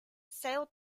sales